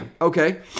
Okay